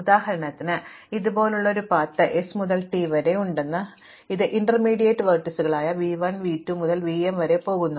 ഉദാഹരണത്തിന് എനിക്ക് ഇതുപോലുള്ള ഒരു പാത s മുതൽ t വരെ ഉണ്ട് അത് ചില ഇന്റർമീഡിയറ്റ് ലംബങ്ങളായ v 1 v 2 മുതൽ v m വരെ പോകുന്നു